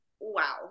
wow